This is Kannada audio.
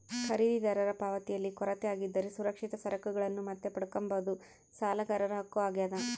ಖರೀದಿದಾರರ ಪಾವತಿಯಲ್ಲಿ ಕೊರತೆ ಆಗಿದ್ದರೆ ಸುರಕ್ಷಿತ ಸರಕುಗಳನ್ನು ಮತ್ತೆ ಪಡ್ಕಂಬದು ಸಾಲಗಾರರ ಹಕ್ಕು ಆಗ್ಯಾದ